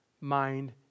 mind